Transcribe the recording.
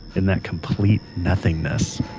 in that complete nothingness,